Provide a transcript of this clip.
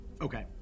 Okay